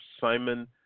Simon